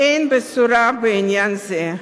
אין בשורה בעניין זה.